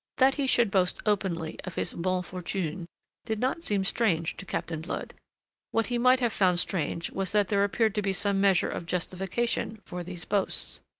that he should boast openly of his bonnes fortunes did not seem strange to captain blood what he might have found strange was that there appeared to be some measure of justification for these boasts.